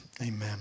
Amen